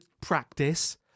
practice